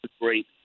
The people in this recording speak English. great